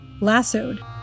lassoed